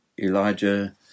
Elijah